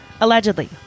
Allegedly